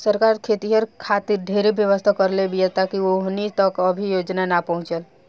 सरकार खेतिहर खातिर ढेरे व्यवस्था करले बीया बाकिर ओहनि तक अभी योजना ना पहुचल